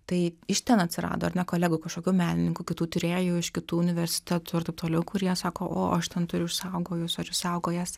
tai iš ten atsirado ar ne kolegų kažkokių menininkų kitų tyrėjų iš kitų universitetų ir taip toliau kurie sako o aš ten turiu išsaugojus ar išsaugojęs